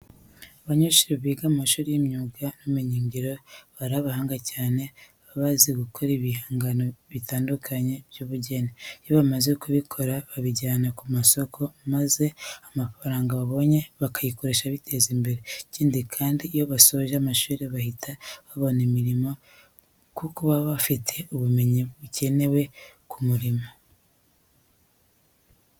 Abanyeshuri biga mu mashuri y'imyuga n'ubumenyingiro baba ari abahanga cyane, baba bazi gukora ibihangano bitandukanye by'ubugeni. Iyo bamaze kubikora babijyana ku masoko maza amafaranga babonye bakayifashisha biteza imbere. Ikindi kandi, iyo basoje amashuri bahita babona imirimo kuko baba bafite ubumenyi bukenewe ku murimo.